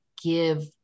give